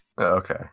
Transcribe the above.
Okay